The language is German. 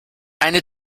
eine